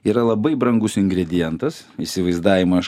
yra labai brangus ingredientas įsivaizdavimą aš